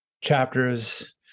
chapters